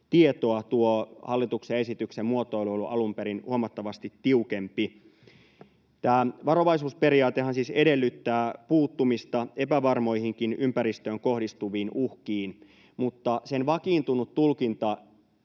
tietoa”. Tuo hallituksen esityksen muotoilu oli alun perin huomattavasti tiukempi. Tämä varovaisuusperiaatehan siis edellyttää puuttumista epävarmoihinkin ympäristöön kohdistuviin uhkiin, mutta sen vakiintunut tulkinta